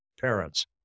parents